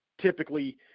typically